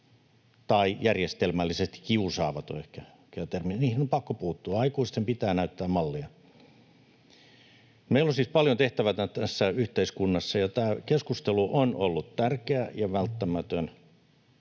tai ”järjestelmällisesti kiusaavat” on ehkä oikea termi — niihin on pakko puuttua, aikuisten pitää näyttää mallia. Meillä on siis paljon tehtävää tässä yhteiskunnassa, ja tämä keskustelu on ollut tärkeä ja välttämätön.